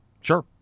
Sure